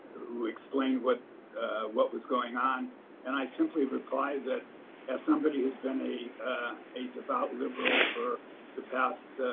who explained what what was going on and i simply replied that as somebody who's been a a devout liberal for the past